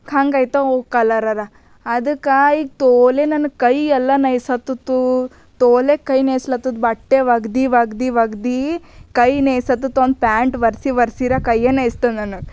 ಹಂಗಾಯ್ತವ ಕಲರಾರ ಅದ್ಕಕಾಯ್ ತೋಲೆ ನನ್ನ ಕೈಯ್ಯೆಲ್ಲ ನಯಸ್ ಹತ್ತುತ್ತು ತೋಲೆ ಕೈ ನೆಸ್ಲಾತುದು ಬಟ್ಟೆ ಒಗ್ದು ಒಗ್ದು ಒಗ್ದು ಕೈ ನೆಸತ್ತೋತ್ ಅಂತ ಪ್ಯಾಂಟ್ ಒರೆಸಿ ಒರೆಸಿ ಕೈಯ್ಯೇ ನೋಯ್ಸ್ತು ನನಗೆ